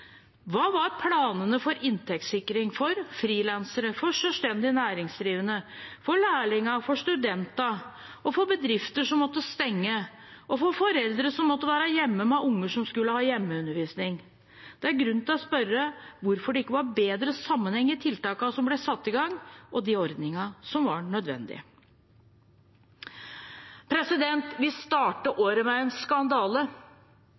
Hva var planene for inntektssikring for frilansere, for selvstendig næringsdrivende, for lærlinger, for studenter, for bedrifter som måtte stenge, og for foreldre som måtte være hjemme med unger som skulle ha hjemmeundervisning? Det er grunn til å spørre hvorfor det ikke var bedre sammenheng i tiltakene som ble satt i gang, og de ordningene som var nødvendige. Vi startet året med en skandale.